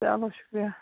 چلو شُکریہ